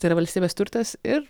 tai yra valstybės turtas ir